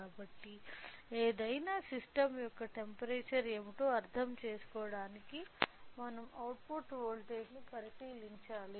కాబట్టి ఏదైనా సిస్టం యొక్క టెంపరేచర్ ఏమిటో అర్థం చేసుకోవడానికి మనం అవుట్పుట్ వోల్టేజ్ను పరిశీలించాలి